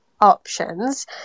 options